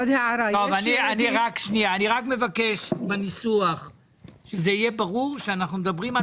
אני רק מבקש שבניסוח יהיה ברור שאנחנו מדברים על